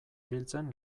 biltzen